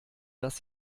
dass